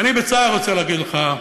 ואני, בצער, רוצה להגיד לך,